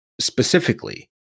specifically